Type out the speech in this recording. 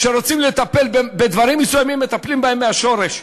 כשרוצים לטפל בדברים מסוימים, מטפלים בהם מהשורש.